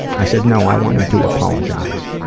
i said, no, i want him to apologize.